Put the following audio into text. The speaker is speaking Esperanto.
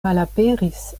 malaperis